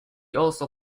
also